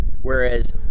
Whereas